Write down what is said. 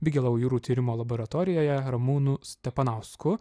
bigelou jūrų tyrimo laboratorijoje ramūnu stepanausku